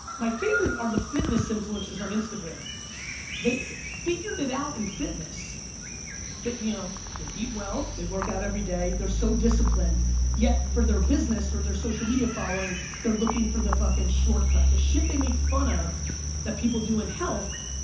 my favorite are the fitness influencers on instagram they fit it out in fitness that you know, they eat well they work out everyday they're so disciplined yet for their business or their social media following they're looking for the fucking shortcut the shit they make fun of that people do in health.